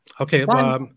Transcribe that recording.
Okay